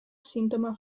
sintoma